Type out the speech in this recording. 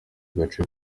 gace